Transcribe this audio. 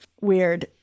weird